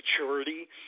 maturity